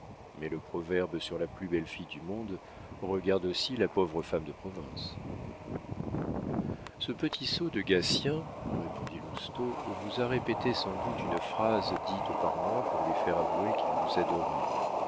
mais le proverbe sur la plus belle fille du monde regarde aussi la pauvre femme de province ce petit sot de gatien répondit lousteau vous a répété sans doute une phrase dite par moi pour lui faire avouer qu'il vous adorait